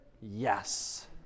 Yes